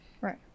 right